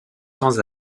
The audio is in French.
temps